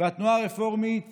והתנועה הרפורמית